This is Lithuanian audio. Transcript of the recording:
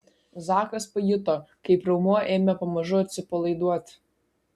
zakas pajuto kaip raumuo ėmė pamažu atsipalaiduoti